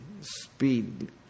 speed